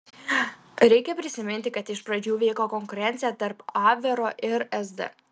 reikia prisiminti kad iš pradžių vyko konkurencija tarp abvero ir sd